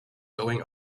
going